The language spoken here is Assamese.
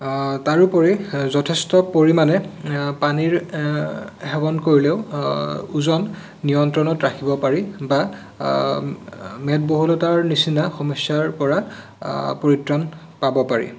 তাৰোপৰি যথেষ্ট পৰিমাণে পানীৰ সেৱন কৰিলেও ওজন নিয়ন্ত্ৰণত ৰাখিব পাৰি বা মেদবহুলতাৰ নিচিনা সমস্যাৰ পৰা পৰিত্ৰাণ পাব পাৰি